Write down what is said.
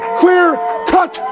clear-cut